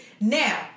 Now